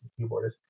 keyboardist